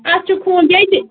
اَتھ چھِ خوٗن ییٚتہِ